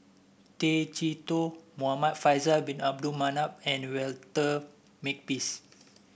Tay Chee Toh Muhamad Faisal Bin Abdul Manap and Walter Makepeace